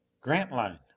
Grantline